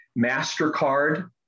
MasterCard